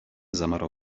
zamarło